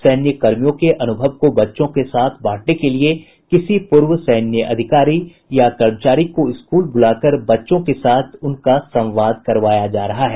सैन्यकर्मियों के अनुभव को बच्चों के साथ बांटने के लिये किसी पूर्व सैन्य अधिकारी या कर्मचारी को स्कूल बुलाकर बच्चों के साथ उनका संवाद करवाया जा रहा है